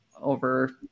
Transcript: over